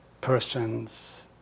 person's